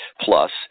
plus